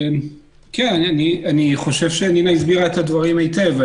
כן, אני חושב שנינא הסבירה את זה היטב.